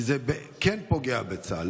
כי זה כן פוגע בצה"ל.